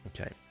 okay